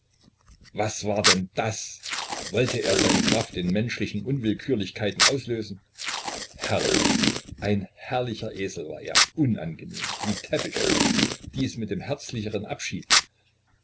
was war denn das wollte er seine kraft in menschlichen unwillkürlichkeiten auslösen herrlich ein herrlicher esel war er unangenehm wie täppisch dies mit dem herzlicheren abschied